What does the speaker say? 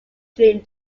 dream